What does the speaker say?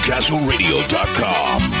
CastleRadio.com